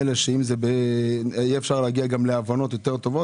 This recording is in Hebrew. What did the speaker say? אפשר יהיה להגיע להבנות טובות יותר,